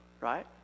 Right